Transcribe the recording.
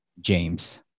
James